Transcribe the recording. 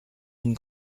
une